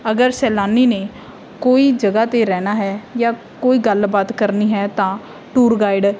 ਅਗਰ ਸੈਲਾਨੀ ਨੇ ਕੋਈ ਜਗ੍ਹਾ 'ਤੇ ਰਹਿਣਾ ਹੈ ਜਾਂ ਕੋਈ ਗੱਲ ਬਾਤ ਕਰਨੀ ਹੈ ਤਾਂ ਟੂਰ ਗਾਈਡ